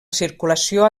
circulació